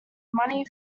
money